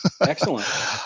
Excellent